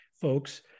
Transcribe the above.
folks